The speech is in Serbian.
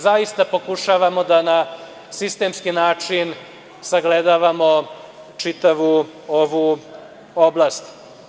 Zaista pokušavamo da na sistemski način sagledavamo čitavu ovu oblast.